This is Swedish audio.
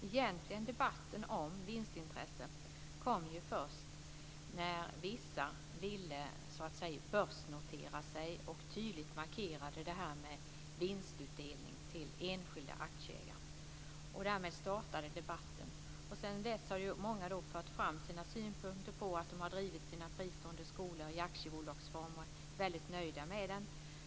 Egentligen kom debatten om vinstintresse först när vissa ville börsnotera sig och tydligt markera vinstutdelning till enskilda aktieägare. Därmed startade debatten. Sedan dess har många fört fram sina synpunkter. De har drivit sina fristående skolor i aktiebolagsform och är väldigt nöjda med det.